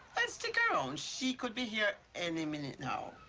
ah stick around. she could be here any minute now.